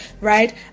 right